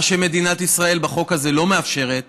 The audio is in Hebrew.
מה שמדינת ישראל בחוק הזה לא מאפשרת